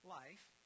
life